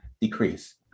decrease